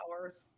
hours